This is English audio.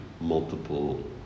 multiple